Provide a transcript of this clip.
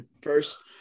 first